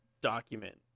document